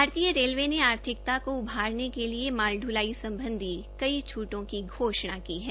भारतीय रेलवे ने आर्थिकता को उभारने के लिए माल दुलाई सम्बधी कई छूटों की घोषणा की है